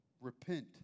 repent